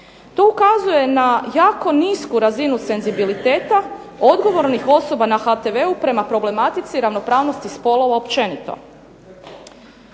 To ukazuje na jako nisku razinu senzibiliteta, odgovornih osoba na HTV-u prema problematici ravnopravnosti spolova općenito.